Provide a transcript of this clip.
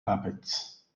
carpets